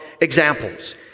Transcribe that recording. examples